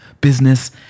business